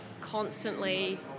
constantly